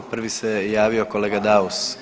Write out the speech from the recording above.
Prvi se javio kolega Daus.